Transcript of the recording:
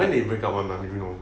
when they break up [one] ah do you know